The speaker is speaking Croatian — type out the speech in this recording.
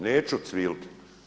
Neću cvilit.